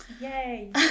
Yay